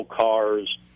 cars